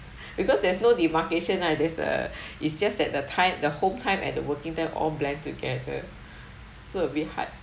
because there's no demarcation nowadays err it's just that the time the home time and the working them all blend together so a bit hard